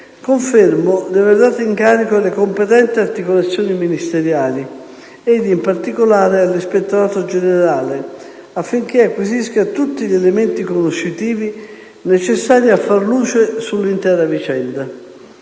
confermo di aver dato incarico alle competenti articolazioni ministeriali, ed in particolare all'ispettorato generale, affinché acquisiscano tutti gli elementi conoscitivi necessari a far luce sull'intera vicenda.